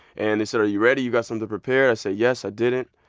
and they said, are you ready, you've got something prepared? i said, yes. i didn't,